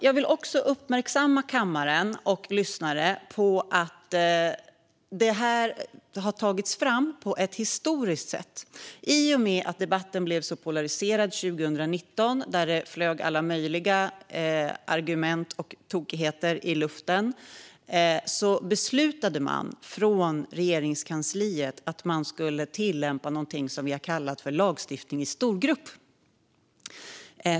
Jag vill också uppmärksamma kammaren och lyssnarna på att det här har tagits fram på ett historiskt sätt. I och med att debatten blev så polariserad 2019, då det flög alla möjliga argument och tokigheter i luften, beslutade Regeringskansliet att tillämpa någonting som vi har kallat lagstiftning i storgrupp.